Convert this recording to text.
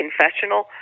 confessional